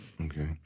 Okay